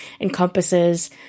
encompasses